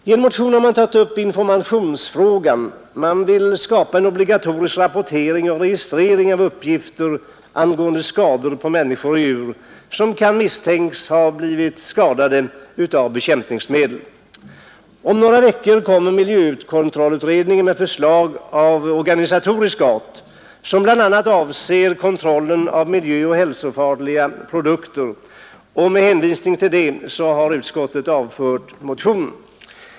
I en motion har man tagit upp informationsfrågan. Man vill skapa en obligatorisk rapportering och registrering av uppgifter angående skador på människor och djur som kan misstänkas ha ådragit sig sina skador av bekämpningsmedel. Om några veckor kommer miljökontrollutredningen med förslag av organisatorisk art, som bl.a. avser kontrollen av miljöoch hälsofarliga produkter. Med hänvisning därtill har utskottet avvisat motionen.